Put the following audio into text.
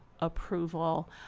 approval